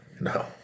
no